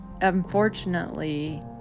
unfortunately